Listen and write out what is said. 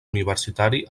universitari